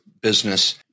business